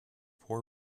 poor